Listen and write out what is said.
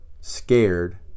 scared